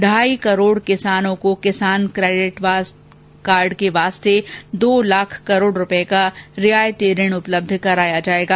ढाई करोड़ किसानों को किसान केडिट कार्ड के वास्ते दो लाख करोड़ का रियायती ऋण उपलब्ध कराया जाएगा